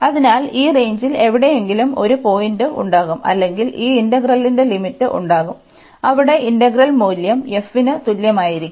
അതിനാൽ ഈ റേഞ്ചിൽ എവിടെയെങ്കിലും ഒരു പോയിന്റ് ഉണ്ടാകും അല്ലെങ്കിൽ ഈ ഇന്റഗ്രലിന്റെ ലിമിറ്റ് ഉണ്ടാകും അവിടെ ഇന്റഗ്രൽ മൂല്യം f ന് തുല്യമായിരിക്കും